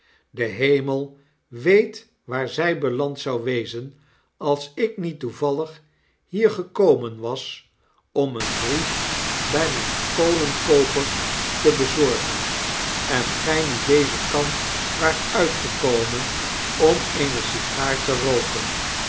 de hemel weet waar zy beland zou wezen als ik niet toevallig hier gekomen was om een brief bij mjjn kolenkooper te bezorgen en gj niet dezen kant waart uitgekomen om eene sigaar te rooken